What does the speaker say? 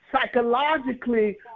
psychologically